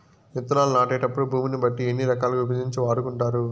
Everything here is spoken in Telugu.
విత్తనాలు నాటేటప్పుడు భూమిని బట్టి ఎన్ని రకాలుగా విభజించి వాడుకుంటారు?